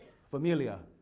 familia,